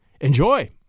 Enjoy